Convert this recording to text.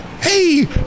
hey